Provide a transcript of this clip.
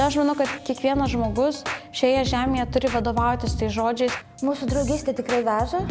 aš manau kad kiekvienas žmogus šioje žemėje turi vadovautis tais žodžiais mūsų draugystė tikrai veža